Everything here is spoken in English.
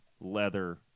leather